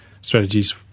strategies